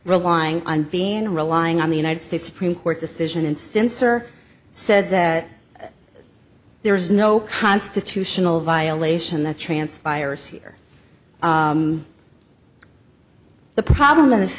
relying on being relying on the united states supreme court decision instance or said that there is no constitutional violation that transpires here the problem in this